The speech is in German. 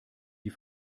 die